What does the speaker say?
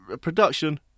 production